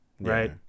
right